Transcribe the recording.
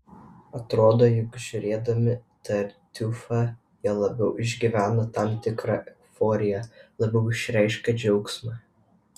atrodo jog žiūrėdami tartiufą jie labiau išgyvena tam tikrą euforiją labiau išreiškia džiaugsmą